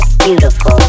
Beautiful